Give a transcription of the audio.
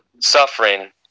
suffering